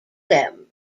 them